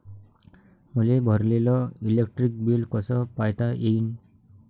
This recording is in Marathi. मले भरलेल इलेक्ट्रिक बिल कस पायता येईन?